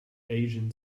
asian